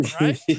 right